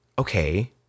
okay